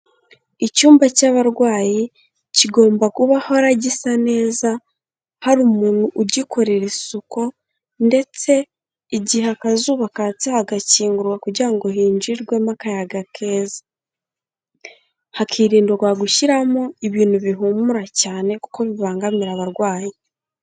Icyumba cy'abarwayi kigomba guhora gisa neza, hari umuntu ugikorera isuku, ndetse igihe akazuba katse hagakingurwa kugira ngo hinjirwemo akayaga keza. Hakirindwa gushyiramo ibintu bihumura cyane kuko bibangamira abarwayi.